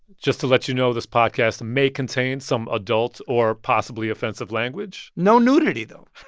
just to let you know, this podcast may contain some adult or possibly offensive language no nudity, though